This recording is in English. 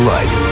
Light